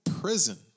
prison